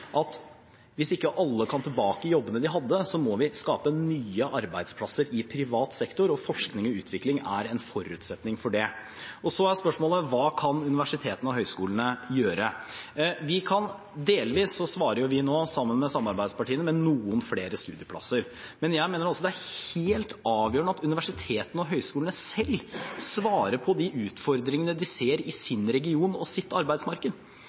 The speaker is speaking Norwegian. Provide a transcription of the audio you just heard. at hvis ikke alle kan gå tilbake til jobbene de hadde, må vi skape nye arbeidsplasser i privat sektor, og forskning og utvikling er en forutsetning for det. Så er spørsmålet: Hva kan universitetene og høyskolene gjøre? Vi svarer delvis nå, sammen med samarbeidspartiene, med noen flere studieplasser, men jeg mener det er helt avgjørende at universitetene og høyskolene selv svarer på de utfordringene de ser i sin region og i sitt arbeidsmarked.